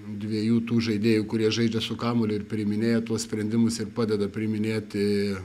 dviejų tų žaidėjų kurie žaidžia su kamuoliu ir priiminėja tuos sprendimus ir padeda priiminėti